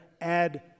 add